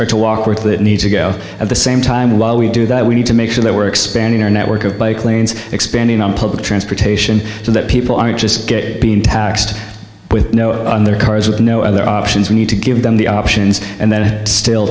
work that need to go at the same time while we do that we need to make sure that we're expanding our network of bike lanes expanding on public transportation so that people aren't just get being taxed on their cars with no other options we need to give them the options and then still